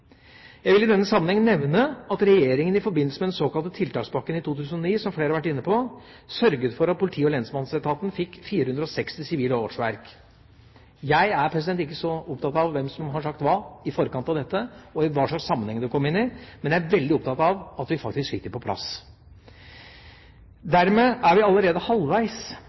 Jeg vil i denne sammenheng nevne at regjeringa i forbindelse med den såkalte tiltakspakken i 2009, som flere har vært inne på, sørget for at politi- og lensmannsetaten fikk 460 sivile årsverk. Jeg er ikke så opptatt av hvem som har sagt hva i forkant av dette, og i hvilken sammenheng det kom, men jeg er veldig opptatt av at vi faktisk fikk det på plass. Dermed er vi allerede halvveis